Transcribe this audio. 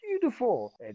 beautiful